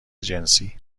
جنسی